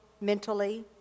mentally